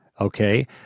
Okay